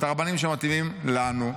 את הרבנים שמתאימים לנו.